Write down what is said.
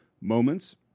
moments